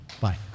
Bye